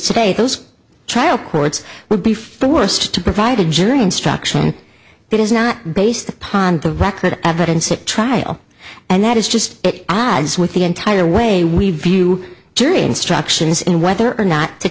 today those trial courts would be forced to provide a jury instruction that is not based upon the record of evidence at trial and that is just odds with the entire way we view jury instructions in whether or not to